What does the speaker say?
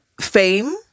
fame